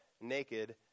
naked